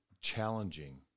challenging